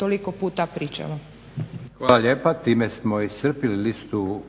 Josip (SDP)** Hvala lijepa. Time smo iscrpili listu